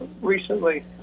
recently